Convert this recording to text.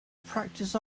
practiced